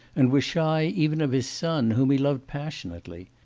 and was shy even of his son, whom he loved passionately.